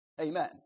Amen